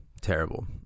Terrible